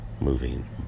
moving